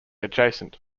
adjacent